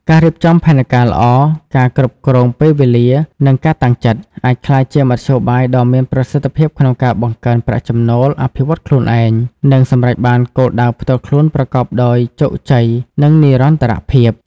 ការរៀបចំផែនការល្អ ការគ្រប់គ្រងពេលវេលា និងការតាំងចិត្ត អាចក្លាយជាមធ្យោបាយដ៏មានប្រសិទ្ធភាពក្នុងការបង្កើនប្រាក់ចំណូល អភិវឌ្ឍខ្លួនឯង និងសម្រេចបានគោលដៅផ្ទាល់ខ្លួនប្រកបដោយជោគជ័យ និងនិរន្តរភាព។